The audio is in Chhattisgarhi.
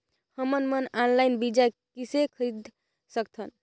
हमन मन ऑनलाइन बीज किसे खरीद सकथन?